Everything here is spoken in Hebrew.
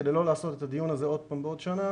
כדי לא לעשות את הדיון הזה עוד פעם בעוד שנה